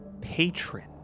patron